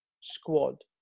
squad